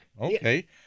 okay